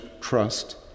trust